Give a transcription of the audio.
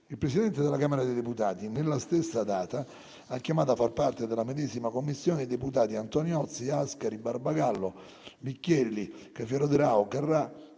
Il Presidente della Camera dei deputati, nella stessa data, ha chiamato a far parte della medesima Commissione i deputati: Antoniozzi, Ascari, Barbagallo, Bicchielli, Cafiero De Raho, Carrà,